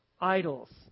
idols